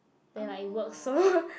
then like it works so